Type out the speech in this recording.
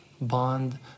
bond